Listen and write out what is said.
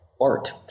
art